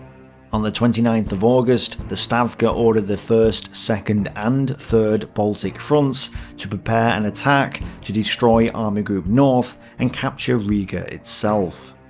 on the twenty ninth of august, the stavka ordered the first, second, and third baltic fronts to prepare an attack to destroy army group north and capture riga itself.